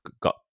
got